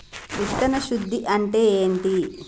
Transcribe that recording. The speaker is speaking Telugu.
విత్తన శుద్ధి అంటే ఏంటి?